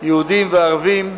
יהודים וערבים,